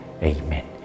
Amen